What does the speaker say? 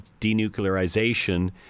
denuclearization